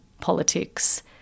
politics